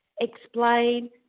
explain